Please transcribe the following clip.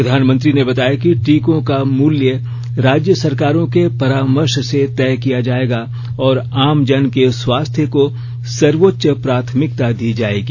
प्रधानमंत्री ने बताया कि टीकों का मूल्य राज्य सरकारों के परामर्श से तय किया जायेगा और आमजन के स्वास्थ्य को सर्वोच्च प्राथमिकता दी जायेगी